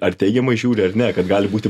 ar teigiamai žiūri ar ne kad gali būti